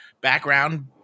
background